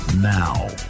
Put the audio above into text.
Now